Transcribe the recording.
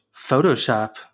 Photoshop